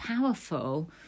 powerful